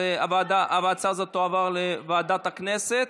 אז ההצעה הזאת תועבר לוועדת הכנסת,